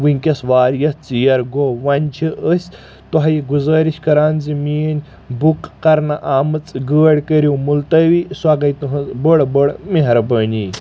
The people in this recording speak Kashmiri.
ؤنکیٚس واریاہ ژیر گوٚو وۄنۍ چھِ أسۍ تۄہہِ گُزٲرِش کران زِ میٲنۍ بُک کرنہٕ آمٕژ گٲڑۍ کٔرِو مُلطوی سۄ گٔے تُہٕنٛز بٔڑ بٔڑ مہربٲنی